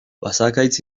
basakaitz